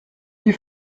die